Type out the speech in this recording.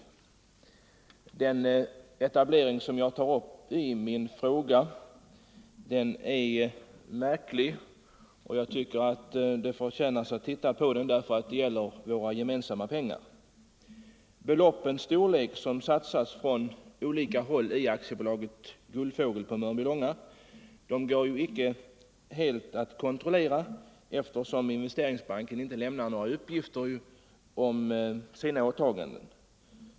Den etablering som jag tar upp i min fråga är märklig, och jag tycker att den förtjänar att studeras, eftersom det här gäller våra gemensamma pengar. Storleken av de belopp som från olika håll satsats i AB Guldfågeln i Mörbylånga går inte helt att kontrollera, eftersom Investeringsbanken inte lämnar några upplysningar om sina åtaganden.